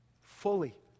fully